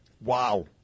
Wow